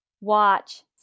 watch